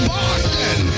Boston